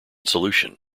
solution